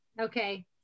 Okay